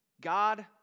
God